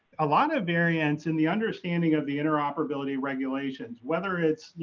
a lot of variance in the understanding of the interoperability regulations, whether it's, you